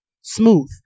smooth